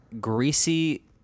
greasy